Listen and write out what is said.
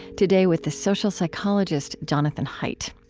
today, with the social psychologist jonathan haidt.